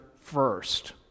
first